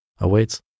awaits